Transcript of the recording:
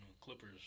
Clippers